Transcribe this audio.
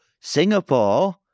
Singapore